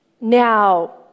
now